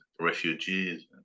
refugees